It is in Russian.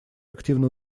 активно